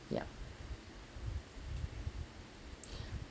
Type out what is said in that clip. ya